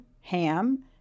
Ham